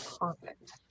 perfect